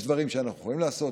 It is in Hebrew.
יש דברים שאנחנו יכולים לעשות,